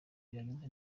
byagenze